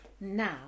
Now